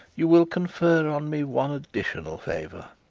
you will confer on me one additional favour.